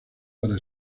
para